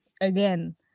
again